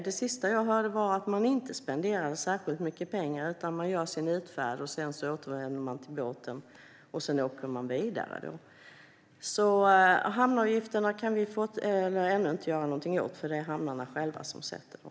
Det sista jag hörde var att man inte spenderar särskilt mycket pengar, utan man gör sin utfärd, återvänder till båten och åker sedan vidare. Hamnavgifterna kan vi ännu inte göra något åt eftersom det är hamnarna själva som sätter dem.